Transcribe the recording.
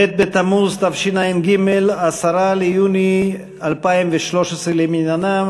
ב' בתמוז התשע"ג, 10 ביוני 2013 למניינם.